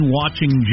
watching